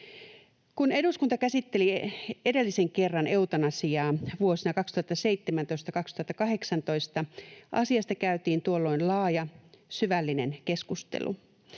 Kun eduskunta käsitteli edellisen kerran eutanasiaa vuosina 2017—2018, asiasta käytiin tuolloin laaja, syvällinen keskustelu.